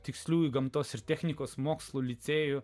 tiksliųjų gamtos ir technikos mokslų licėjų